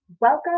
Welcome